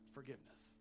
Forgiveness